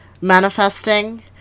manifesting